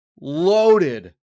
loaded